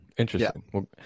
interesting